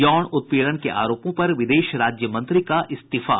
यौन उत्पीड़न के आरोपों पर विदेश राज्य मंत्री का इस्तीफा